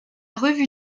revue